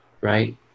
right